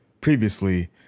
previously